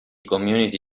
community